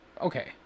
okay